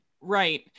Right